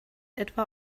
etwa